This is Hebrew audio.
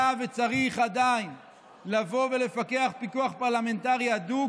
היה וצריך עדיין לפקח פיקוח פרלמנטרי הדוק